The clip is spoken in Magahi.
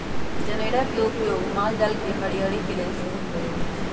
जनेरा के उपयोग माल जाल के हरियरी के लेल सेहो कएल जाइ छइ